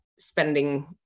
spending